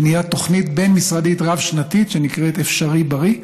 בניית תוכנית בין-משרדית רב-שנתית שנקראת "אפשריבריא".